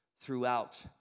throughout